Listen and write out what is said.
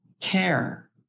care